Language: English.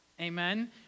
amen